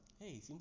Hey